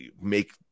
make